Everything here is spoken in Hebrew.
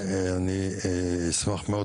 אני אשמח מאוד,